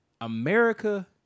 America